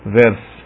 verse